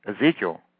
Ezekiel